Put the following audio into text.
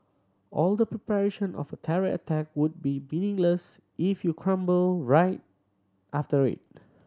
all the preparation of a terror attack would be meaningless if you crumble right after it